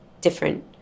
different